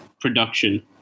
production